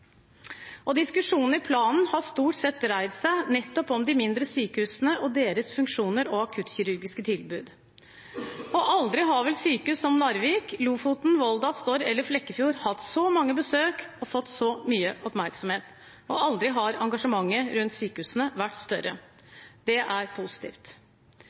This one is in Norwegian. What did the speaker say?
Diskusjonen om planen har stort sett dreid seg nettopp om de mindre sykehusene og deres funksjoner og akuttkirurgiske tilbud. Aldri har vel sykehus som Narvik, Lofoten, Volda, Stord eller Flekkefjord hatt så mange besøk og fått så mye oppmerksomhet, og aldri har engasjementet rundt sykehusene vært større. Det er positivt.